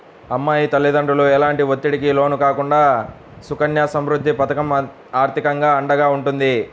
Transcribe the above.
అమ్మాయి తల్లిదండ్రులు ఎలాంటి ఒత్తిడికి లోను కాకుండా సుకన్య సమృద్ధి పథకం ఆర్థికంగా అండగా ఉంటుంది